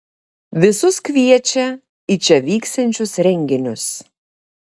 visus kviečia į čia vyksiančius renginius